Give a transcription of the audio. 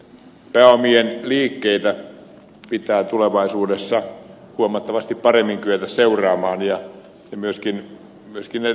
pääomien liikkeitä pitää tulevaisuudessa huomattavasti paremmin kyetä seuraamaan ja myöskin ed